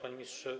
Panie Ministrze!